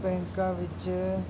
ਬੈਂਕਾਂ ਵਿੱਚ